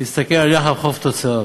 תסתכל על יחס חוב תוצר,